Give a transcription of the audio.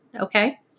Okay